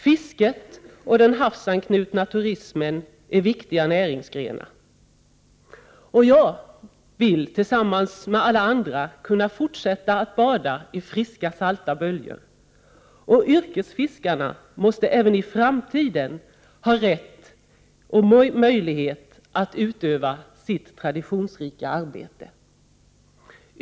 Fisket och den havsanknutna turismen är viktiga näringsgrenar. Jag vill liksom alla andra kunna fortsätta att bada i friska, salta böljor, och yrkesfiskarna måste även i framtiden ha rätt och möjlighet att utöva sitt traditionsrika arbete.